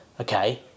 okay